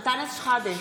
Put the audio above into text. בעד אנטאנס שחאדה,